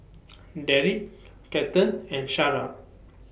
Darrick Kathern and Shara